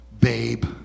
babe